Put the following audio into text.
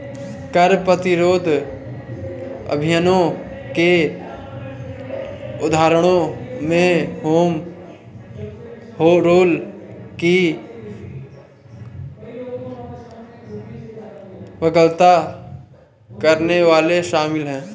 कर प्रतिरोध अभियानों के उदाहरणों में होम रूल की वकालत करने वाले शामिल हैं